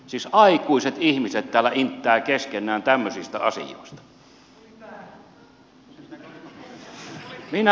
siis aikuiset ihmiset täällä inttävät keskenään tämmöisistä asioista